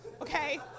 okay